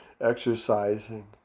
exercising